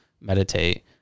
meditate